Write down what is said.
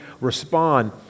respond